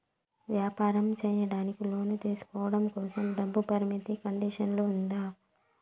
వ్యాపారం సేయడానికి లోను తీసుకోవడం కోసం, డబ్బు పరిమితి కండిషన్లు ఉందా?